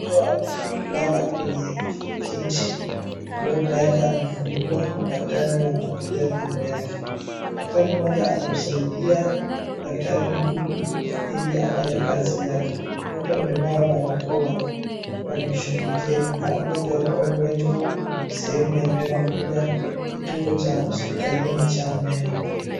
Mgonjwa amelala kwenye kikiti . Mdomo yake amefungua, madaktari wanaangalia meno yake. Daktari mmoja anamsaidia daktari mkuu ili afanye kazi yake. Wote wamevaa barakoa wanamshughulikia. Inaonekana mgonjwa alikuwa mgonjwa sehemu ya meno. Alikuja kituo cha hospitalini cha meno.